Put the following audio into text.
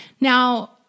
Now